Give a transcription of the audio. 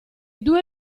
due